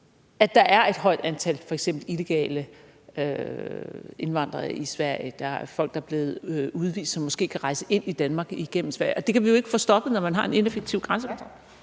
at der er et stort antal illegale indvandrere i Sverige. Der er folk, der er blevet udvist, som måske kan rejse ind i Danmark igennem Sverige, og det kan vi jo ikke få stoppet, når man har en ineffektiv grænsekontrol.